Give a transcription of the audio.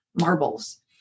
marbles